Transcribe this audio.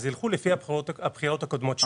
אז ילכו לפי הבחירות הקודמות שלו.